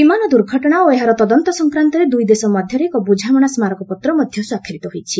ବିମାନ ଦୁର୍ଘଟଣା ଓ ଏହାର ତଦନ୍ତ ସଂକ୍ରାନ୍ତରେ ଦୁଇ ଦେଶ ମଧ୍ୟରେ ଏକ ବୁଝାମଣା ସ୍କାରକ ପତ୍ର ମଧ୍ୟ ସ୍ୱାକ୍ଷରିତ ହୋଇଛି